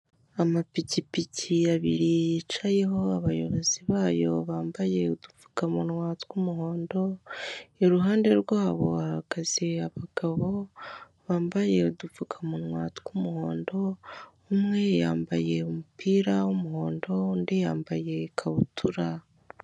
Amapikipiki abiri yicayeho abayobozi bayo bambaye udupfukamunwa tw'umuhondo, iruhande rwabo bahagaze abagabo bambaye udupfukamunwa tw'umuhondo, umwe yambaye umupira w'umuhondo undi yambaye ikabutura.